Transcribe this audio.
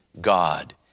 God